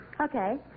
Okay